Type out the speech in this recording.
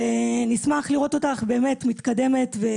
ונשמח לראות אותך באמת מתקדמת.